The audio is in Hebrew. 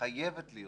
שחייבת להיות